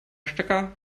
stecker